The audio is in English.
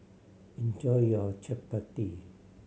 enjoy your chappati